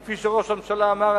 שכפי שראש הממשלה אמר,